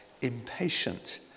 impatient